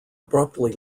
abruptly